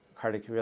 cardiac